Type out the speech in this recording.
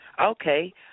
Okay